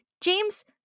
James